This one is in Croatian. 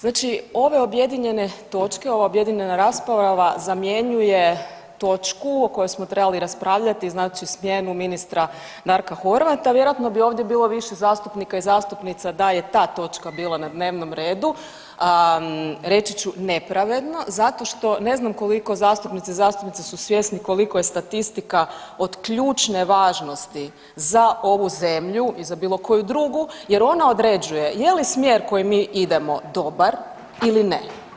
Znači ove objedinjene točke, ova objedinjena rasprava zamjenjuje točku o kojoj smo trebali raspravljati, znači smjenu ministra Darka Horvata, vjerojatno bi ovdje bilo više zastupnika i zastupnica da je ta točka bila na dnevnom redu, reći ću, nepravedno zato što, ne znam koliko zastupnice i zastupnici su svjesni koliko je statistika od ključne važnosti za ovu zemlju i za bilo koju drugu jer ona određuje je li smjer kojim mi idemo dobar ili ne.